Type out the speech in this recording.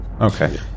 Okay